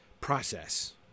process